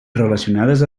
relacionades